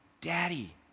Daddy